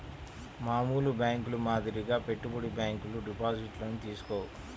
మామూలు బ్యేంకుల మాదిరిగా పెట్టుబడి బ్యాంకులు డిపాజిట్లను తీసుకోవు